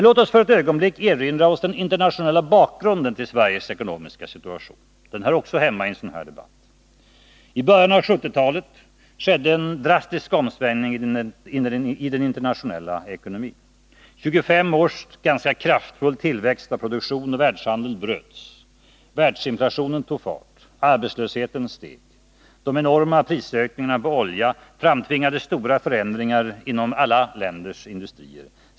Låt oss för ett ögonblick erinra oss den internationella bakgrunden till Sveriges ekonomiska situation — den hör också hemma i en sådan här debatt! I början av 1970-talet skedde en drastisk omsvängning i den internationella ekonomin. 25 års ganska kraftfull tillväxt av produktion och världshandel bröts. Världsinflationen tog fart, arbetslösheten steg. De enorma prisökningarna på olja framtvingade stora förändringar inom alla länders industrier.